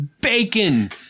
bacon